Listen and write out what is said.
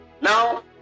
Now